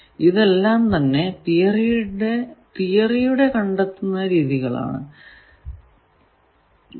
ഇതെല്ലാം തന്നെ തിയറിയിലൂടെ കണ്ടെത്തുന്ന രീതികൾ ആണ്